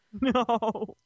No